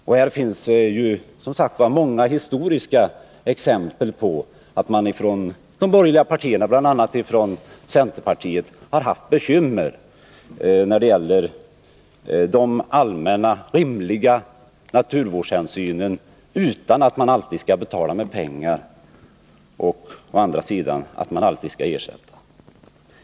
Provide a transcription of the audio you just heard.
I detta avseende finns som sagt många historiska exempel på att man från de 13 borgerliga partierna, bl.a. från centerpartiet, har haft bekymmer när det gäller de allmänna, rimliga naturvårdshänsynen — man skall alltid betala med pengar och man skall å andra sidan alltid lämna ersättning.